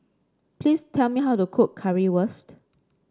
please tell me how to cook Currywurst